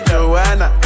Joanna